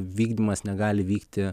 vykdymas negali vykti